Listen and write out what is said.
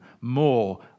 more